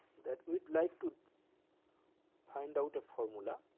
that we would like to find out a formula.